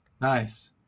Nice